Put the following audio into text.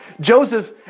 Joseph